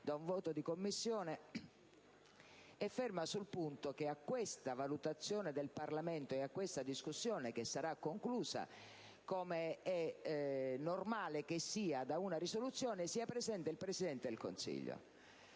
soltanto in Commissione, è fermo sul punto che a questa valutazione del Parlamento e a questa discussione, che sarà conclusa - come è normale che sia - da una risoluzione, sia presente il Presidente del Consiglio.